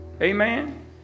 Amen